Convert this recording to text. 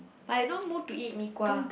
but I no mood to eat mee-kuah